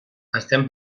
estem